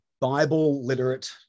Bible-literate